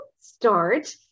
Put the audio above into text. start